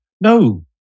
No